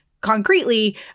concretely